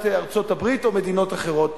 מדינת ארצות-הברית או מדינות אחרות.